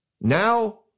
Now